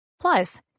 Plus